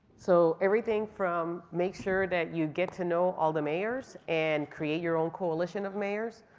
so everything from make sure that you get to know all the mayors and create your own coalition of mayors.